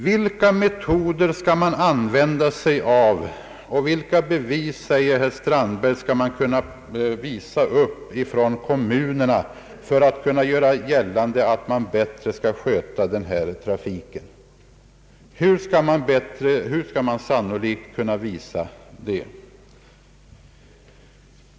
Vilka metoder skall användas och vilka bevis, säger herr Strandberg, kan kommunerna anföra för att göra sannolikt att de kan sköta den här trafiken bättre?